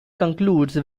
concludes